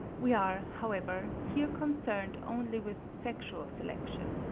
we are, however, here concerned only with sexual selection.